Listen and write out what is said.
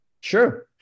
Sure